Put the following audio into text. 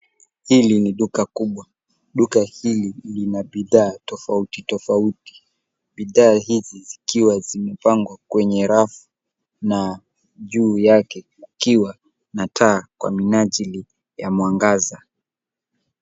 Hili ni duka kubwa. Duka hili lina bidhaa tofauti tofauti. Bidhaa hizi zikiwa zimepangwa kwenye rafu, na juu yake kukiwa na taa kwa minajili ya mwangaza.